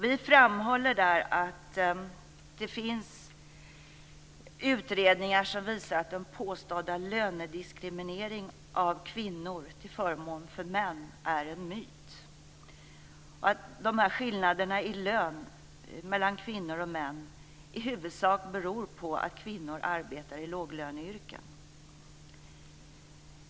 Vi framhåller där att det finns utredningar som visar att den påstådda lönediskrimineringen av kvinnor till förmån för män är en myt och att skillnaderna i lön mellan kvinnor och män i huvudsak beror på att kvinnor arbetar i låglöneyrken.